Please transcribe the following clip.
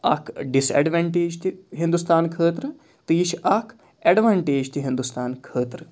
اَکھ disadvantage تہِ ہِندُستان خٲطرٕ تہٕ یہِ چھِ اَکھ اٮ۪ڈوَنٹیج تہِ ہِندُستان خٲطرٕ